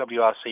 WRC